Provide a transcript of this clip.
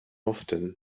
often